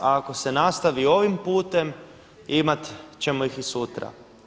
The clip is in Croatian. A ako se nastavi ovim putem imat ćemo ih i sutra.